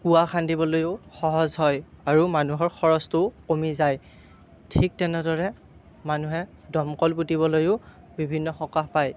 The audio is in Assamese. কুঁৱা খান্দিবলৈও সহজ হয় আৰু মানুহৰ খৰচটোও কমি যায় ঠিক তেনেদৰে মানুহে দমকল পুতিবলৈও বিভিন্ন সকাহ পায়